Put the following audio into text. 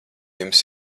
jums